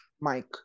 Mike